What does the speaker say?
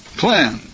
plan